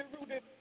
rooted